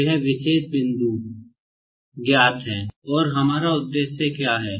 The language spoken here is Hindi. तो यह विशेष बिंदु ज्ञात है और हमारा उद्देश्य क्या है